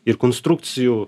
ir konstrukcijų